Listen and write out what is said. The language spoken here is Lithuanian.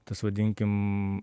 tas vadinkim